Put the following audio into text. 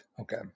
Okay